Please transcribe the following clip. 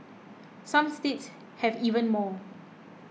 some states have even more